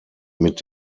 mit